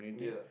yeah